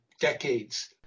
decades